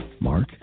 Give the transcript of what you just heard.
Mark